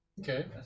Okay